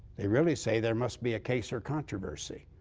they really say there must be a case or controversy.